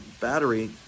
battery